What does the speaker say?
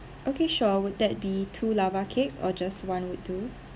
okay sure would that be two lava cakes or just one would do